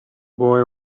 boy